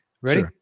Ready